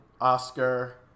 Oscar